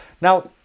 Now